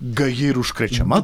gaji ir užkrečiama